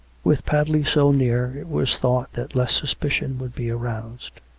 with padley so near it was thought that less suspicion would be aroused.